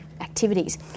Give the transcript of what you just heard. activities